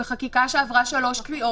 בחקיקה שעברה שלוש קריאות,